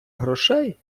грошей